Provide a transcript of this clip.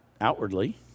Outwardly